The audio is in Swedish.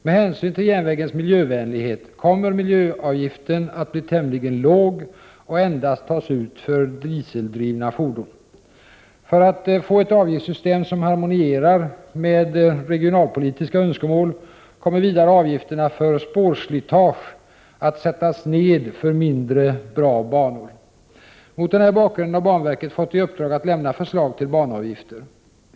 Med hänsyn till järnvägens miljövänlighet kommer miljöavgiften att bli tämligen låg och endast tas ut för dieseldrivna fordon. För att få ett avgiftssystem som harmonierar med regionalpolitiska önskemål kommer vidare avgifterna för spårslitage att sättas ned för mindre bra banor. Mot den här bakgrunden har banverket fått i uppdrag att lämna förslag till banavgifter.